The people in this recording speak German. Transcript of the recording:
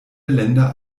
länder